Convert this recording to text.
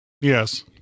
Yes